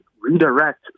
redirect